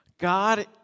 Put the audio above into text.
God